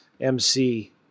MC